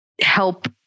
help